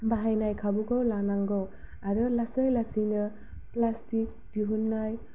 बाहायनाय खाबुखौ लानांगौ आरो लासै लासैनो प्लास्टिक दिहुननाय